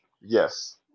Yes